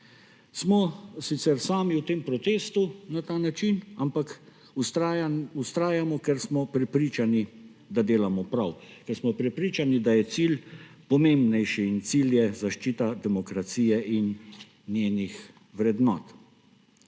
Smo sicer sami v tem protestu na ta način, ampak vztrajamo, ker smo prepričani, da delamo prav, ker smo prepričani, da je cilj pomembnejši in cilj je zaščita demokracije in njenih vrednost.